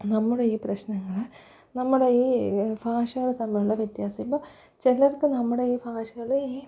നമ്മുടെ ഈ പ്രശ്നങ്ങൾ നമ്മുടെ ഈ ഭാഷകൾ തമ്മിലുള്ള വ്യത്യാസം ഇപ്പം ചിലർക്ക് നമ്മുടെ ഈ ഭാഷകൾ ഈ